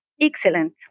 excellent